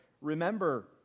remember